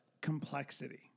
Complexity